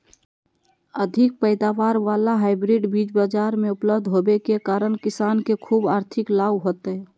अधिक पैदावार वाला हाइब्रिड बीज बाजार मे उपलब्ध होबे के कारण किसान के ख़ूब आर्थिक लाभ होतय